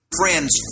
Friends